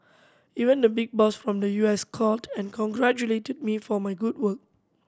even the big boss from the U S called and congratulated me for my good work